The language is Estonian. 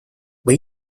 või